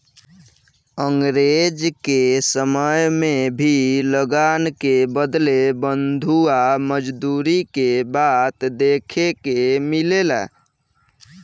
अंग्रेज के समय में भी लगान के बदले बंधुआ मजदूरी के बात देखे के मिलेला